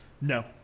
No